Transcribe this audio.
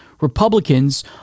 Republicans